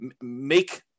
make